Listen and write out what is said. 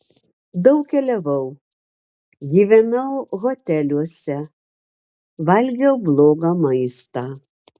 daug keliavau gyvenau hoteliuose valgiau blogą maistą